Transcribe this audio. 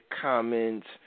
comments